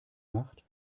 macht